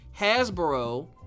Hasbro